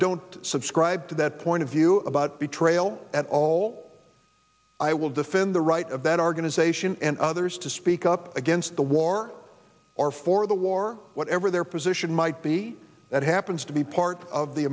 don't subscribe to that point of view about betrayal at all i will defend the right of that organization and others to speak up against the war or for the war whatever their position might be that happens to be part of the